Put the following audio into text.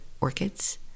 orchids